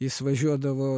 jis važiuodavo